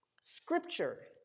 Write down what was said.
Scripture